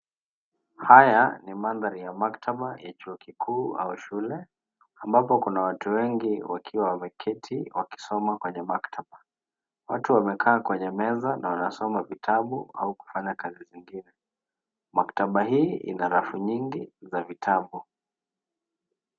Haya ni mandhari ya maktaba ya chuo kikuu au shule ambako kuna watu wengi wakiwa wameketi wakisoma kwenye maktaba , watu wamekaa kwenye meza na wanasoma vitabu au kufanya kazi zingine. Maktaba hii ina rafu nyingi za vitabu